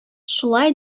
шулай